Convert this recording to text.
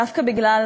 דווקא בגלל